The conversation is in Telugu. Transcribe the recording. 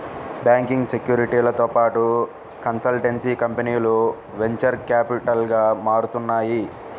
బ్యాంకింగ్, సెక్యూరిటీలతో పాటు కన్సల్టెన్సీ కంపెనీలు వెంచర్ క్యాపిటల్గా మారుతున్నాయి